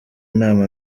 inama